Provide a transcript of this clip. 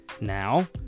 Now